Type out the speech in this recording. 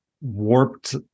warped